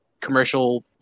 commercial